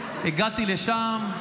הגעתי לשם,